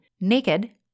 naked